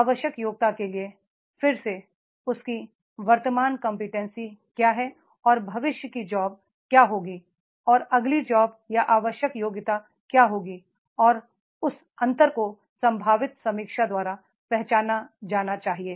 आवश्यक योग्यता के लिए फिर से उसकी वर्तमान कंप्यूटसी क्या है और भविष्य की जॉब क्या होगी और अगली जॉब या आवश्यक योग्यता क्या होगी और उस अंतर को संभावित समीक्षा द्वारा पहचाना जाना चाहिए